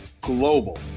global